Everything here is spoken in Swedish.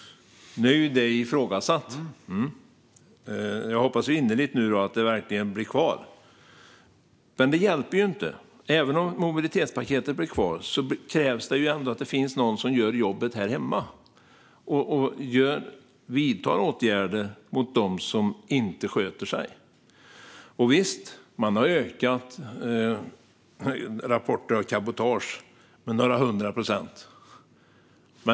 Nu är det ifrågasatt. Jag hoppas innerligt att det verkligen blir kvar. Men det hjälper inte. Även om mobilitetspaketet blir kvar krävs det att det finns någon som gör jobbet här hemma och vidtar åtgärder mot dem som inte sköter sig. Visst har man ökat antalet rapporter om cabotage med några hundra procent.